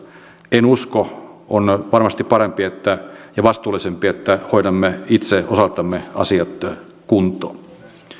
en usko on varmasti parempi ja vastuullisempi että hoidamme itse osaltamme asiat kuntoon